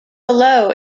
below